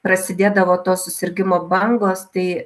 prasidėdavo to susirgimo bangos tai